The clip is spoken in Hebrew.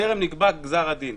טרם נקבע גזר הדין.